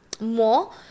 more